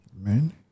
Amen